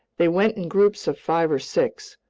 they went in groups of five or six,